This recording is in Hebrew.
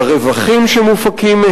ברווחים שמופקים.